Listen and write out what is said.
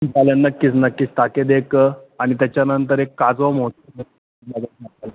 चालेल नक्कीच नक्कीच टाकेद एक आणि त्याच्यानंतर एक काजवा महोत्सव